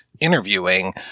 interviewing